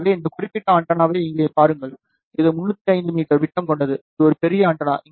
எனவே இந்த குறிப்பிட்ட ஆண்டெனாவை இங்கே பாருங்கள் இது 305 மீ விட்டம் கொண்டது இது ஒரு பெரிய ஆண்டெனா